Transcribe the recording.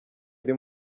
iri